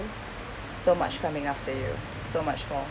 so much coming after you so much more